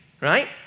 right